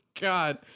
God